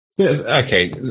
okay